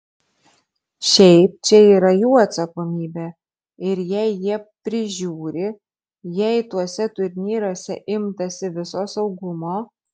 šiaip čia yra jų atsakomybė ir jei jie prižiūri jei tuose turnyruose imtasi viso saugumo